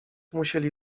musieli